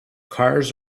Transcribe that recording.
cars